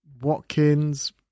Watkins